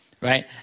right